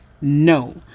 no